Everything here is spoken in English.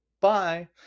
Bye